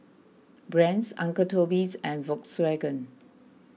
Brand's Uncle Toby's and Volkswagen